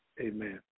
amen